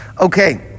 Okay